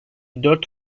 dört